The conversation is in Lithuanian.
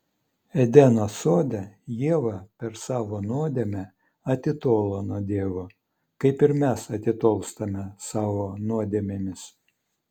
edeno sode ieva per savo nuodėmę atitolo nuo dievo kaip ir mes atitolstame savo nuodėmėmis